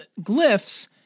glyphs